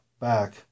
back